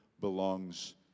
belongs